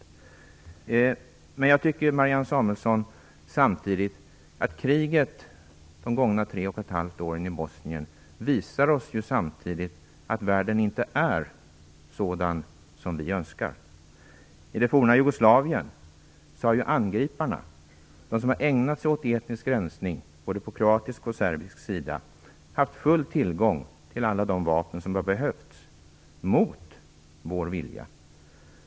Men samtidigt tycker jag, Marianne Samuelsson, att kriget i Bosnien under gångna tre och ett halvt år visar oss att världen inte är sådan som vi önskar att den skulle vara. I det forna Jugoslavien har ju angriparna, som ägnat sig åt etnisk rensning både på kroatisk och på serbisk sida, haft full tillgång till alla vapen som behövts - mot vår vilja.